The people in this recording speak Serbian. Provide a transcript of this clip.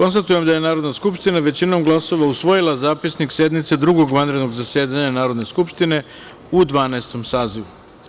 Konstatujem da je Narodna skupština većinom glasova usvojila Zapisnik sednice Drugog vanrednog zasedanja Narodne skupštine u Dvanaestom sazivu.